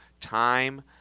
time